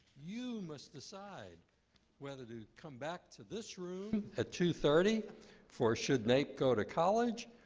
you must decide whether to come back to this room at two thirty for should naep go to college?